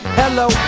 hello